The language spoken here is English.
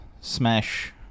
smash